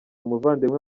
umuvandimwe